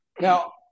now